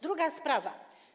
Druga sprawa.